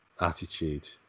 attitude